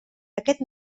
aquest